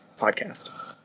Podcast